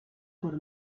por